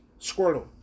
Squirtle